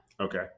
Okay